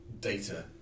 data